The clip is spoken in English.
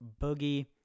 Boogie